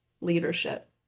leadership